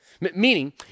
Meaning